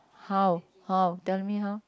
how how tell me how